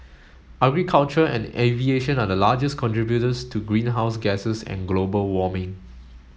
agriculture and aviation are the largest contributors to greenhouse gases and global warming